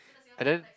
and then